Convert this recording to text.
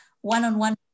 one-on-one